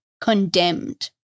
condemned